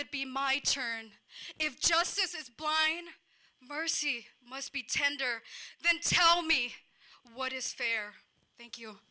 it be my turn if justice is blind mercy must be tender then tell me what is fair thank you